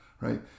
right